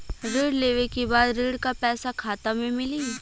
ऋण लेवे के बाद ऋण का पैसा खाता में मिली?